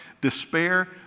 despair